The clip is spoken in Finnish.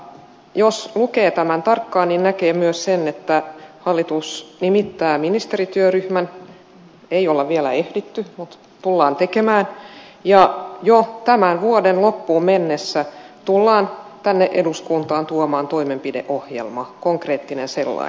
jos lukee tämän tarkkaan niin näkee myös sen että hallitus nimittää ministerityöryhmän ei ole vielä ehditty mutta tullaan tekemään ja jo tämän vuoden loppuun mennessä tullaan eduskuntaan tuomaan toimenpideohjelma konkreettinen sellainen